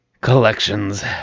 collections